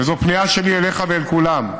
וזו קריאה שלי אליך ואל כולם,